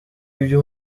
ibyo